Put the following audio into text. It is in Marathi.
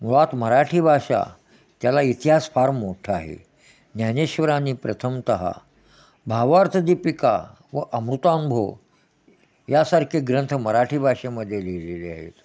मुळात मराठी भाषा त्याला इतिहास फार मोठा आहे ज्ञानेश्वरांनी प्रथमतः भावार्थ दीपिका व अमृतांभू यासारखे ग्रंथ मराठी भाषेमध्ये लिहिलेले आहेत